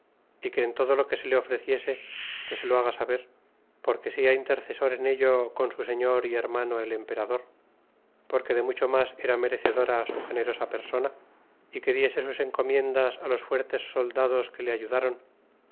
que en todo lo que se le ofreciese que se lo haga saber porque sea intercesor en ello con su señor y hermano el emperador porque de mucho mas era merecedora su generosa persona y que diese sus encomiendas los fuertes soldados que le ayudron